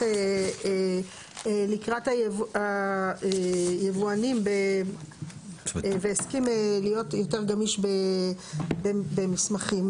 לקראת היבואנים והסכים להיות יותר גמיש במסמכים,